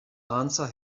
answer